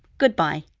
goodbye